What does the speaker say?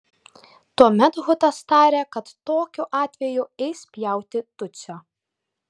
tuomet hutas tarė kad tokiu atveju eis pjauti tutsio